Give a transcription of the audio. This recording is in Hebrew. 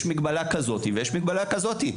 יש מגבלה כזאת, ויש מגבלה כזאת.